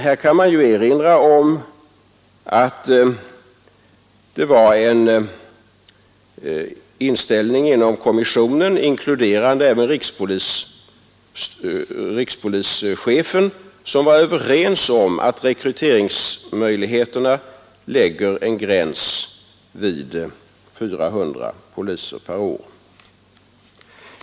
Här kan man erinra om att kommissionen, inkluderande även rikspolischefen, var överens om att rekryteringsmöjligheterna sätter en gräns vid 400 poliser per år.